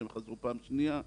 כשהם חזרו בפעם השנייה,